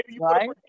right